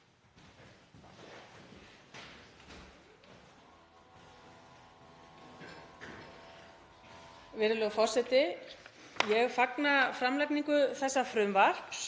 Virðulegur forseti. Ég fagna framlagningu þessa frumvarps